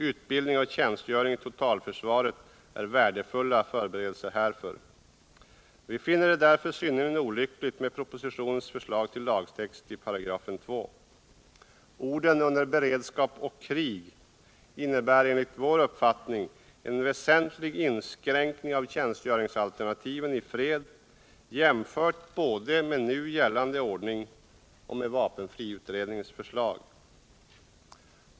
Utbildning och tjänstgöring i totalförsvaret är värdefulla förberedelser härför. Vi finner därför departementschefens förslag till lagtext i 2§ synnerligen olyckligt. Orden ”under beredskap och krig” innebär enligt vår uppfattning en väsentlig inskränkning av tjänstgöringsalternativen i fred jämfört både med nu gällande ordning och med vapenfriutredningens förslag.